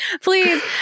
Please